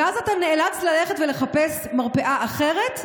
ואז אתה נאלץ ללכת ולחפש מרפאה אחרת,